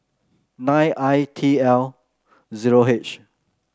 nine I T L zero H